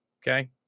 okay